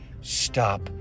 stop